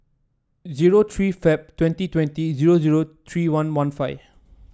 zero three Feb twenty twenty zero zero three one one five